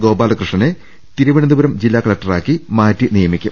ഗോപാലകൃഷ്ണനെ തിരുവനന്തപുരം ജില്ലാ കലക്ടറായി മാറ്റി നിയമിക്കും